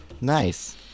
Nice